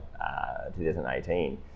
2018